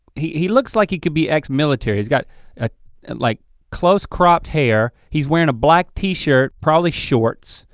he he looks like he could be ex-military. he's got ah like close cropped hair. he's wearing a black t-shirt, probably shorts,